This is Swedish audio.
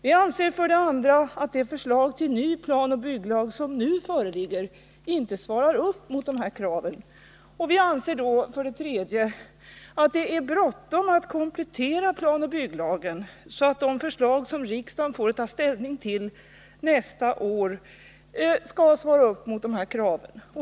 Vi anser för det andra att det förslag till ny planoch bygglag som nu föreligger inte svarar upp mot de här kraven. Vi anser för det tredje att det är bråttom med att komplettera planoch bygglagen, så att de förslag som riksdagen får att ta ställning till nästa år skall svara upp mot de här kraven.